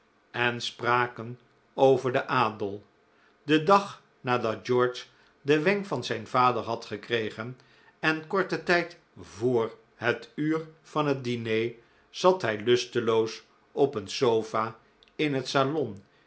en spraken over den adel den dag nadat george den wenk van zijn vader had gekregen en korten tijd voor het uur van het diner zat hij lusteloos op een sofa in het salon